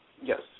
Yes